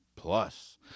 Plus